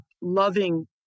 loving